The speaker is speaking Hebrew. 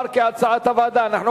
כהצעת הוועדה, נתקבל.